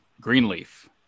Greenleaf